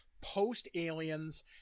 post-aliens